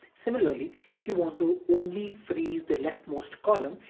similarly, if you want to only freeze the leftmost column,